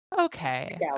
Okay